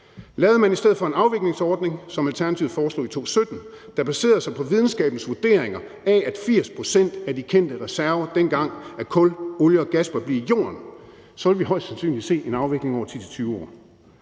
Lavede man i stedet for en afviklingsordning, som Alternativet foreslog i 2017, der baserede sig på videnskabens vurderinger af, at 80 pct. af de dengang kendte reserver af kul, olie og gas bør blive i jorden, så ville vi højst sandsynligt se en afvikling over 10-20 år